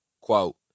Quote